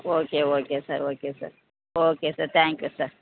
okay okay sir okay sir okay sir thank you sir